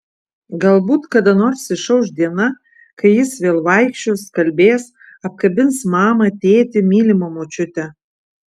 galbūt kada nors išauš diena kai jis vėl vaikščios kalbės apkabins mamą tėtį mylimą močiutę